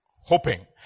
hoping